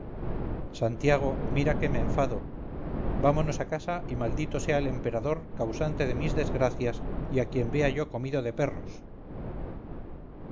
santiago mira que me enfado vámonos a casa y maldito sea el emperador causante de mis desgracias y a quien vea yo comido de perros